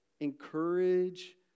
encourage